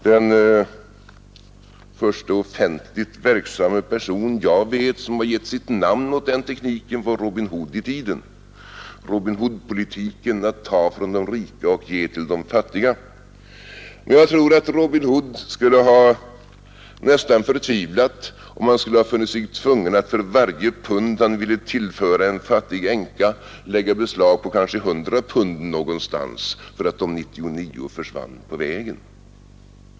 Den första offentligt verksamma person jag vet, som har givit sitt namn åt den tekniken, var Robin Hood. Med Robin Hood-politik menas ju att ta från de rika och ge till de fattiga. Men jag tror att Robin Hood skulle ha nästan förtvivlat, om han funnit sig tvungen att för varje pund han ville tillföra en fattig änka lägga beslag på kanske 100 pund någonstans, därför att de 99 försvann på vägen.